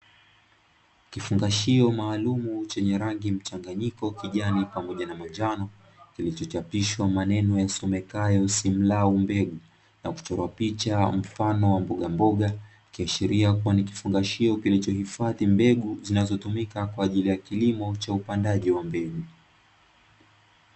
Kifungashio maalumu chenye rangi mchanganyiko kijani pamoja na manjano, kilichochapishwa maneno yasomekayo "Simlaw" mbegu na kuchorwa picha mfano wa mbogamboga, ikiashiria kuwa ni kifungashio kilichohifadhi mbegu zinazotumika kwa ajili ya kilimo cha upandaji wa mbegu.